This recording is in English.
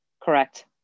correct